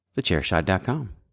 TheChairShot.com